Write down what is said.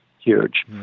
huge